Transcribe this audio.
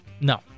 No